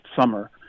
summer